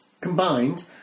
combined